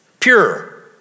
Pure